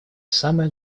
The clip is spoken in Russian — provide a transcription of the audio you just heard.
самая